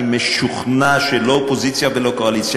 אני משוכנע שלא אופוזיציה ולא קואליציה,